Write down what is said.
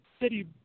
city